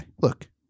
look